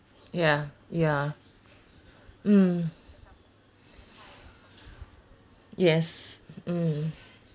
ya ya mm yes mm